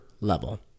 level